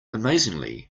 amazingly